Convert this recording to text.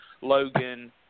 Logan